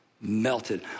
melted